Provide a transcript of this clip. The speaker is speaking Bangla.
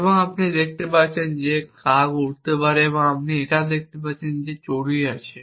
এবং আপনি দেখতে পাচ্ছেন যে কাক উড়তে পারে এবং আপনি দেখতে পাচ্ছেন যে চড়ুই আছে